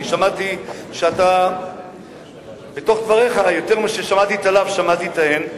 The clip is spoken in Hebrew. כי בתוך דבריך יותר מששמעתי את הלאו שמעתי את ההן.